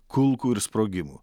kulkų ir sprogimų